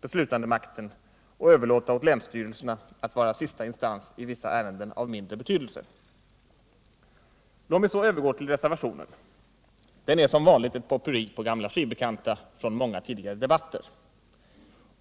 beslutandemakten och överlåta åt länsstyrelserna att vara sista instans i vissa ärenden av mindre betydelse. Låt mig så övergå till reservationen. Den är som vanligt ett potpurri på gamla skivbekanta från många tidigare debatter.